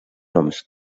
noms